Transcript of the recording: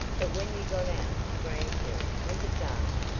but when you got out to gransville, was it dark?